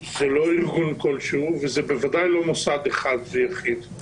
זה לא ארגון כלשהו וזה בוודאי לא מוסד אחד ויחיד.